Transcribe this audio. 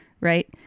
Right